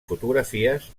fotografies